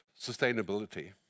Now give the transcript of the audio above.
sustainability